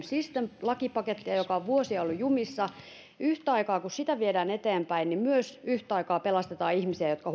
system lakipakettia joka on vuosia ollut jumissa yhtä aikaa kun sitä viedään eteenpäin niin yhtä aikaa myös pelastetaan ihmisiä jotka